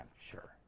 sure